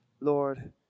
Lord